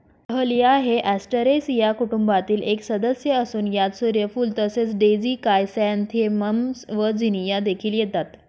dahlia हे Asteraceae कुटुंबातील एक सदस्य असून यात सूर्यफूल तसेच डेझी क्रायसॅन्थेमम्स व झिनिया देखील येतात